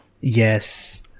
Yes